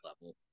level